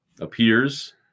appears